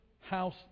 house